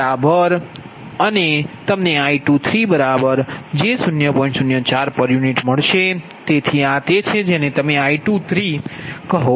u મળશે તેથી આ તે છે જેને તમે I23 કહેશો